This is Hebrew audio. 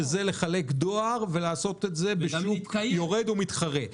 וזה לחלק דואר ולעשות את זה בשוק יורד ומתחרה.